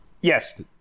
Yes